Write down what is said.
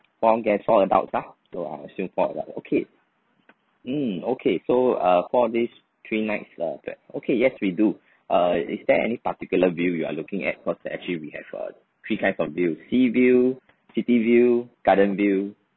four guest all adults ah so I assume four adult okay mm okay so uh four days three nights uh okay yes we do uh is there any particular view you are looking at cause uh actually we have a three kinds of view sea view city view garden view